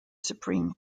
supreme